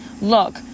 Look